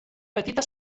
petita